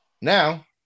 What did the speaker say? Now